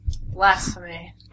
blasphemy